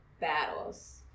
battles